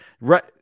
Right